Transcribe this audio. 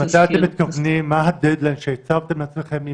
מה הדד-ליין שהצבתם לעצמכם,